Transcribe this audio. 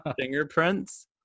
fingerprints